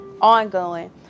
ongoing